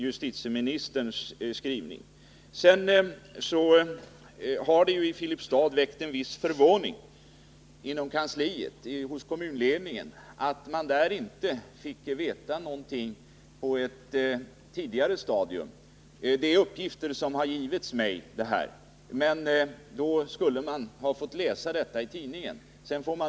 Det har hos kommunledningen i Filipstad väckt en viss förvåning att man där inte fick veta någonting på ett tidigare stadium om arbetsgruppens förslag om nedläggning av Skåltjärnshyttan. Man skulle ha fått läsa detta i tidningen.